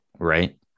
Right